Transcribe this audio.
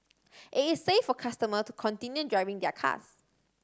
it is safe for customers to continue driving their cars